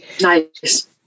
Nice